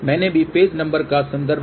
मैंने भी page number का संदर्भ दिया है